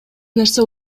нерсе